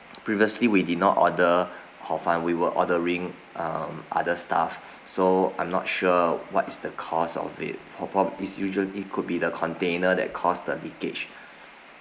previously we did not order hor fun we were ordering um other stuff so I'm not sure what is the cause of it or pr~ is usually it could be the container that caused the leakage